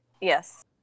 Yes